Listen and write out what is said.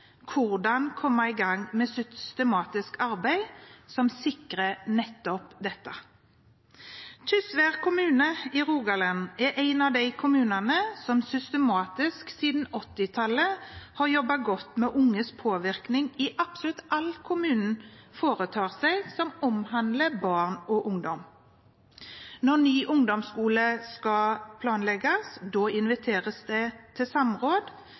hvordan man kommer i gang med systematisk arbeid som sikrer nettopp dette. Tysvær kommune i Rogaland er en av de kommunene som systematisk siden 1980-tallet har jobbet godt med unges påvirkning i absolutt alt kommunen foretar seg som omhandler barn og ungdom. Når en ny ungdomsskole skal planlegges, inviteres det til samråd,